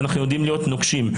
ואנחנו יודעים להיות נוקשים.